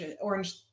Orange